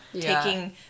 taking